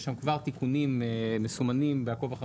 יש שם כבר תיקונים מסומנים בעקוב אחרי